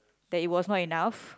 that it was not enough